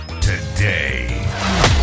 today